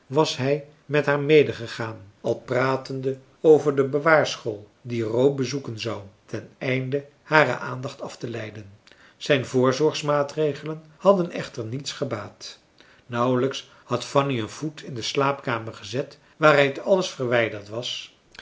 was hij met haar medegegaan al pratende over de bewaarschool die ro bezoeken zou ten einde hare aandacht afteleiden zijn voorzorgsmaatregelen hadden echter niets gebaat nauwelijks had fanny een voet in de slaapkamer gezet waaruit alles verwijderd was